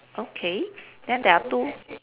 okay then there are two